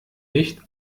nicht